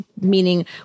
meaning